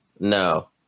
No